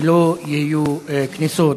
שלא יהיו כניסות